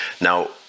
Now